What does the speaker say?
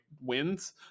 wins